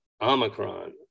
omicron